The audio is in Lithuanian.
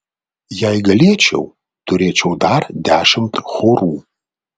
jei galėčiau turėčiau dar dešimt chorų